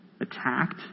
attacked